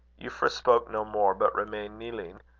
euphra spoke no more, but remained kneeling,